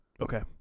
Okay